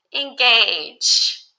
engage